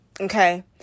Okay